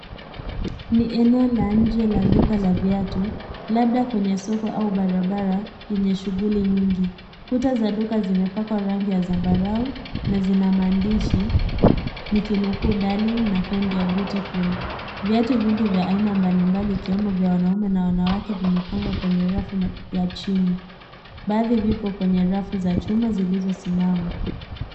Ni eneo la nje la duka la viatu labda kwenye soko au barabara lenye shughuli nyingi, kuta za duka zimepakwa rangi ya sambarau na zina maandishi nikinukuu darling na find your beautiful viatu vingi vya aina mbalimbali vikiwemo vya wanaume na wanawake vimepangwa kwenye rafu ya chini baadhi zipo kwenye rafu za chuma zilizosimama.